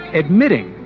admitting